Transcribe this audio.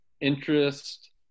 interest